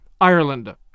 Ireland